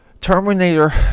Terminator